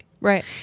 Right